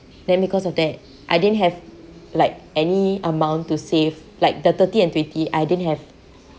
then because of that I didn't have like any amount to save like the thirty and twenty I didn't have